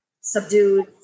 subdued